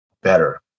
better